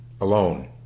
alone